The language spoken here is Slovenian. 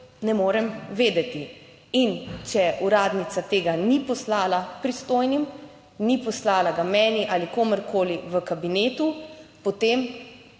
ne morem vedeti. In če uradnica tega ni poslala pristojnim, ni poslala ga meni ali komurkoli v kabinetu, potem